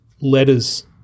letters